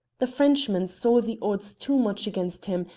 the frenchman saw the odds too much against him,